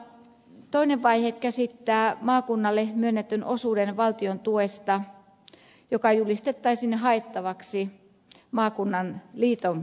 toinen vaihe käsittää maakunnalle myönnetyn osuuden valtion tuesta joka julistettaisiin haettavaksi maakunnan liiton kautta